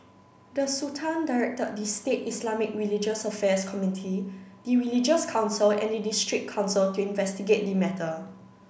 the Sultan directed the state Islamic religious affairs committee the religious council and the district council to investigate the matter